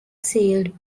sealed